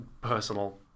personal